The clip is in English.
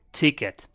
ticket